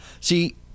See